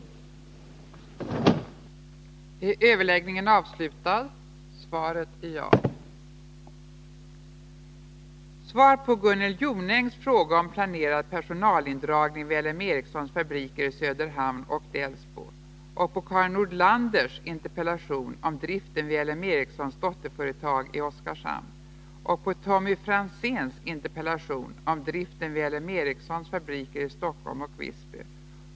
Om driften vid